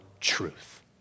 truth